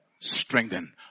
strengthen